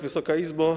Wysoka Izbo!